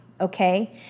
okay